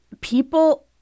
people